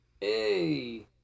Hey